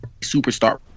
superstar